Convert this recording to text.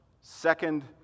Second